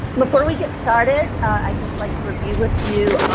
before we get started i'd just like to review with you